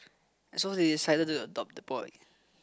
and so they decided to adopt the boy